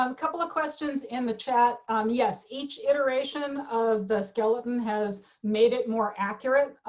um couple of questions in the chat. um yes, each iteration of the skeleton has made it more accurate.